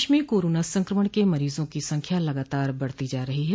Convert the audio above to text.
प्रदेश में कोरोना संक्रमण के मरीजों की संख्या लगातार बढ़ती जा रही है